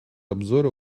обзора